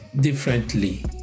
differently